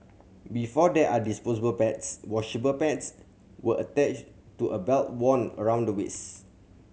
before there are disposable pads washable pads were attached to a belt worn around the waist